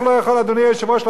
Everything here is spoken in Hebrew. אדוני היושב-ראש,